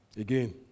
Again